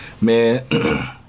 Man